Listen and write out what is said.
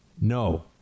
No